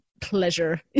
pleasure